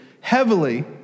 heavily